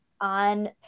On